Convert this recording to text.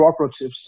cooperatives